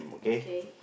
okay